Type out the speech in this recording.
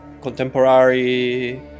contemporary